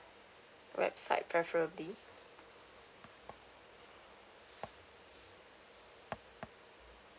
website preferably